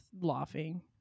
laughing